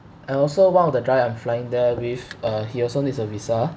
and also one of the guy I'm flying there with uh he also needs a visa